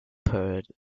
purdue